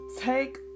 take